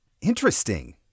Interesting